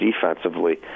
defensively